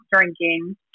drinking